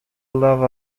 lava